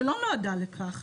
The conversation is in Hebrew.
שלא נועדה לכך,